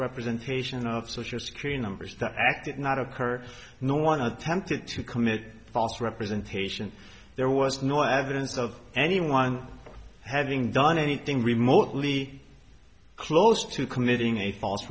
representation of social security numbers that acted not occur no one attempted to commit false representation there was no evidence of anyone having done anything remotely close to committing a false